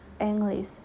English